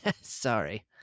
Sorry